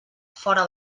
fora